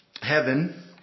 Heaven